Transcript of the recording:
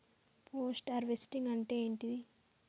Post harvesting అంటే ఏంటిది?